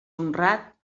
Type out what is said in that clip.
honrat